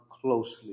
closely